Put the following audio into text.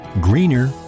greener